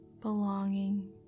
belonging